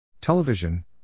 Television